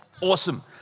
Awesome